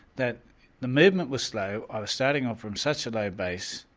that the movement was slow. i was starting off from such a low base.